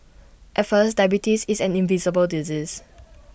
at first diabetes is an invisible disease